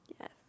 Yes